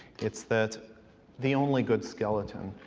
it's that the only good skeleton